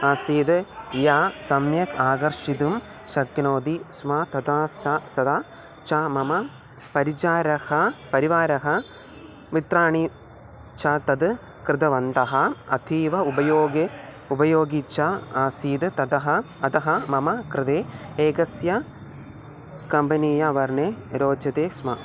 आसीत् या सम्यक् आकर्षितुं शक्नोति स्म तदा सा सदा च मम परिचारः परिवारः मित्राणि च तत् कृतवन्तः अतीव उपयोगे उपयोगि च आसीत् ततः अतः मम कृते एकस्य कम्बनी या वर्णे रोचते स्म